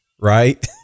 right